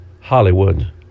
Hollywood